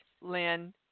Lynn